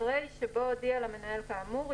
אחרי "שבו הודיע למנהל כאמור",